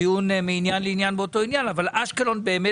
מעניין לעניין באותו עניין אבל אשקלון באמת